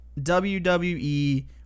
wwe